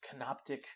Canoptic